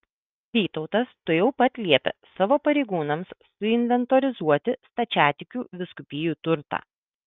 vytautas tuojau pat liepė savo pareigūnams suinventorizuoti stačiatikių vyskupijų turtą